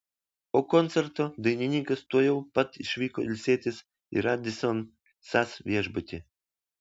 po koncerto dainininkas tuojau pat išvyko ilsėtis į radisson sas viešbutį